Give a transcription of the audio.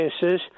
cases